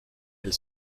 elle